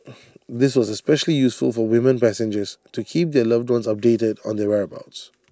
this was especially useful for women passengers to keep their loved ones updated on their whereabouts